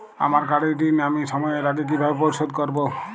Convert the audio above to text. আমার গাড়ির ঋণ আমি সময়ের আগে কিভাবে পরিশোধ করবো?